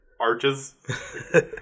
arches